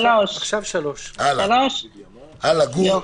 עכשיו 3. הלאה, גור.